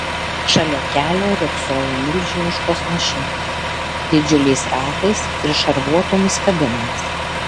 šalia kelio riogsojo milžiniškos mašinos didžiuliais ratais ir šarvuotomis kabinomis